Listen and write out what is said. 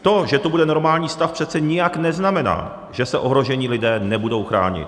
To, že tu bude normální stav, přece nijak neznamená, že se ohrožení lidé nebudou chránit.